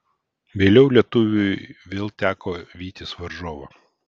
vėliau lietuviui vėl teko vytis varžovą